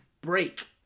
break